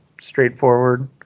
straightforward